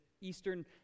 Eastern